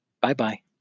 bye-bye